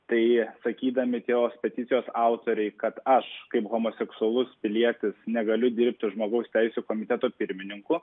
tai sakydami tos peticijos autoriai kad aš kaip homoseksualus pilietis negaliu dirbti žmogaus teisių komiteto pirmininku